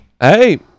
Hey